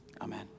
amen